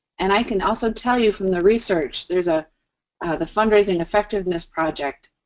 and i can also tell you from the research, there's ah the fundraising effectiveness project.